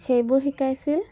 সেইবোৰ শিকাইছিল